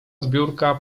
zbiórka